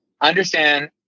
understand